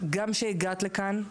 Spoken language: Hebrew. גם שהגעת לכאן,